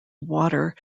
water